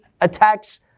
attacks